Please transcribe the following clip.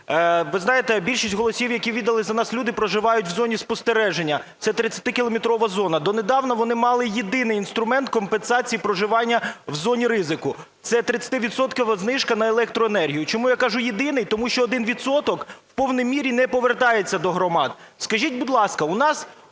Ви знаєте, більшість голосів, які віддали за нас люди, проживають в зоні спостереження, це 30-кілометрова зона. Донедавна вони мали єдиний інструмент компенсації проживання в зоні ризику, це 30-відсоткова знижка на електроенергію. Чому я кажу єдиний, тому що один відсоток в повній мірі не повертається до громад. Скажіть, будь ласка, у нас